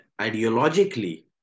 ideologically